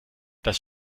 das